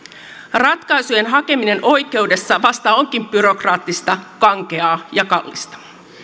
ratkaisujen hakeminen oikeudessa vasta onkin byrokraattista kankeaa ja kallista